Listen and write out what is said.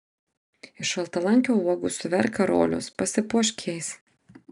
iš šaltalankio uogų suverk karolius pasipuošk jais